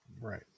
Right